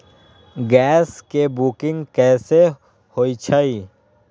Gas के booking कैसे होईछई?